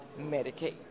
Medicaid